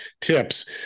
tips